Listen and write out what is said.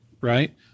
right